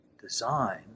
design